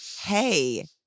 hey